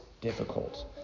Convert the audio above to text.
difficult